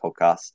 podcast